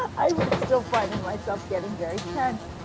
i am still finding myself getting very tense.